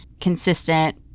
consistent